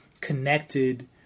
connected